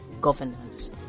governance